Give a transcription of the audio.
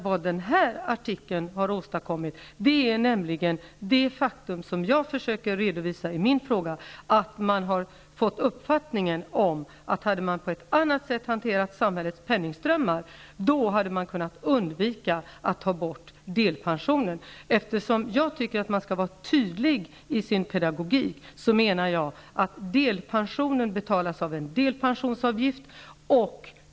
Vad denna artikel har åstadkommit är det faktum jag försöker redovisa i min fråga, nämligen att man har fått uppfattningen att om samhällets penningströmmar hanterats på ett annat sätt, hade regeringen kunnat undvika att ta bort delpensionen. Jag tycker att man skall vara tydlig i sin pedagogik. Delpensionerna betalas av en delpensionsavgift.